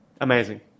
amazing